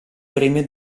premio